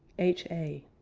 h a.